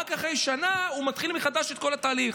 רק אחרי שנה הוא מתחיל מחדש את כל התהליך.